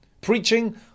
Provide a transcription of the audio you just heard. Preaching